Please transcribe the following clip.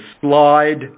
slide